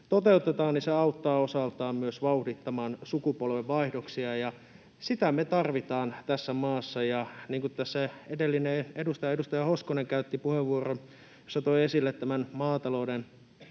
toteutetaan, auttaa osaltaan myös vauhdittamaan sukupolvenvaihdoksia, ja sitä me tarvitaan tässä maassa. Kun tässä edellinen edustaja, edustaja Hoskonen, käytti puheenvuoron, jossa toi esille tämän maatalouden